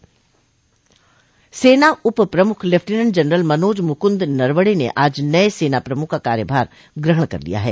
सेना उप प्रमुख लेफ्टिनेंट जनरल मनोज मुकुंद नरवणे ने आज नये सेना प्रमुख का कार्यभार ग्रहण कर लिया है